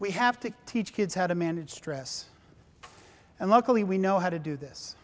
we have to teach kids how to manage stress and luckily we know how to do this